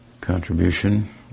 contribution